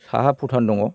साहा भुटान दङ